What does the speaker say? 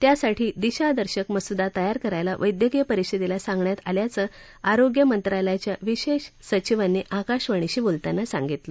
त्यासाठी दिशादर्शक मसूदा तयार करायला वैद्यकिय परिषदेला सांगण्यात आल्याचं आरोग्य मंत्रालयाच्या विशेष सचिवांनी आकाशवाणीशी बोलताना सांगीतलं